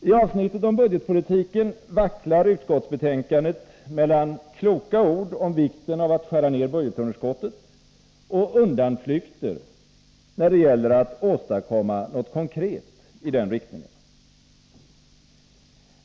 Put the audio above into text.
IT avsnittet om budgetpolitiken vacklar utskottsbetänkandet mellan kloka ord om vikten av att skära ned budgetunderskottet och undanflykter när det gäller att åstadkomma något konkret i den riktningen.